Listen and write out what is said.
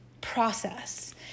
process